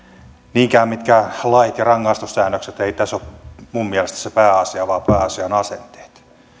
niinkään mitkään lait ja rangaistussäännökset eivät tässä ole minun mielestäni se pääasia vaan pääasia on asenteet